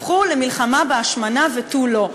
הפכו למלחמה בהשמנה ותו לא.